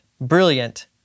brilliant